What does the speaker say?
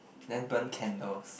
then burn candles